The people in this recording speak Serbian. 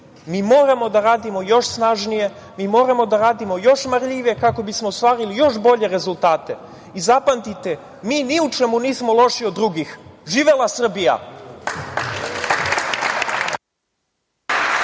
Mi moramo da radimo još snažnije, mi moramo da radimo još marljivije kako bi smo ostvarili još bolje rezultate. Zapamtite, mi ni u čemu nismo loši od drugih. Živela Srbija.